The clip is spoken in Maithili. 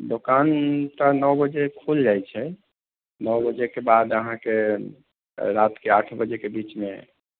दोकान तऽ नओ बजे खुलि जाइत छै नओ बजेके बाद अहाँकेँ रातिके आठ बजेके बीचमे